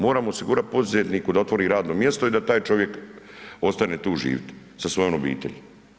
Moramo osigurati poduzetniku da otvori radno mjesto i da taj čovjek ostane tu živjeti sa svojom obitelji.